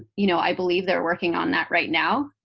you know, i believe they're working on that right now.